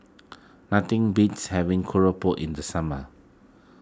nothing beats having Keropok in the summer